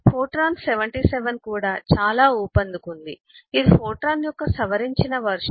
Fortran 77 కూడా చాలా ఊపందుకుంది ఇది ఫోర్ట్రాన్ యొక్క సవరించిన వెర్షన్